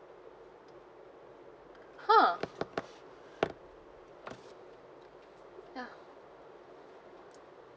!huh! ya